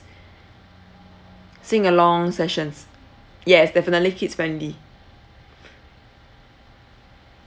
sing along sessions yes definitely kids friendly